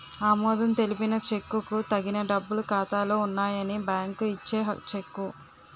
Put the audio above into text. ఆమోదం తెలిపిన చెక్కుకు తగిన డబ్బులు ఖాతాలో ఉన్నాయని బ్యాంకు ఇచ్చే చెక్కు